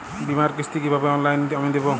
বীমার কিস্তি কিভাবে অনলাইনে আমি দেবো?